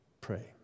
Pray